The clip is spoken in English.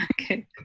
okay